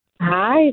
Hi